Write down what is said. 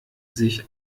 sich